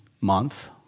month